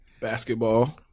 Basketball